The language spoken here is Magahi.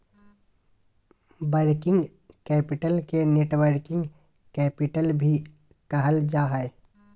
वर्किंग कैपिटल के नेटवर्किंग कैपिटल भी कहल जा हय